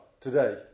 today